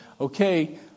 okay